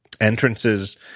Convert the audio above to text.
Entrances